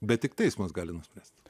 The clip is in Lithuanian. bet tik teismas gali nuspręst